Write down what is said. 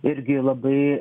irgi labai